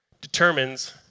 determines